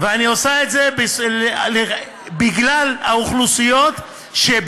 ואני עושה את זה בגלל האוכלוסיות שבאמת,